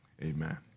Amen